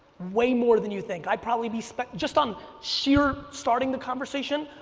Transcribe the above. way more than you think. i probably be, just on sheer starting the conversation.